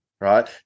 right